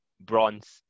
bronze